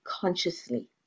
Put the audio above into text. consciously